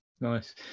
nice